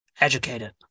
educated